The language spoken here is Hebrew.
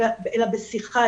אלא בשיחה,